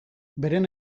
beren